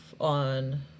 on